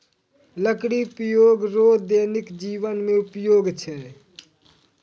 लकड़ी उपयोग रो दैनिक जिवन मे उपयोग छै